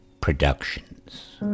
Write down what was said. Productions